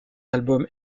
album